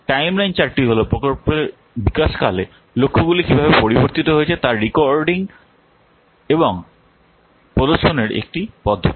timeline চার্টটি হল প্রকল্পের বিকাশকালে লক্ষ্যগুলি কীভাবে পরিবর্তিত হয়েছে তা রেকর্ডিং এবং প্রদর্শনের একটি পদ্ধতি